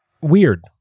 Weird